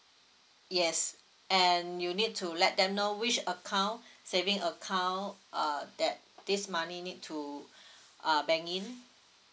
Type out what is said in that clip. yes and you need to let them know which account saving account uh that this money need to uh bank in